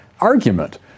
argument